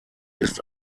ist